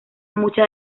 muchas